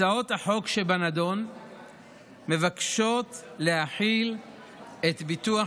הצעות החוק שבנדון מבקשות להחיל את ביטוח